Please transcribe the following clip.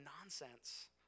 nonsense